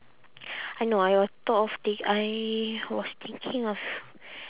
I know I got thought of tak~ I was thinking of